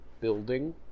building